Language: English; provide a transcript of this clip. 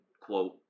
quote